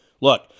Look